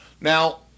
Now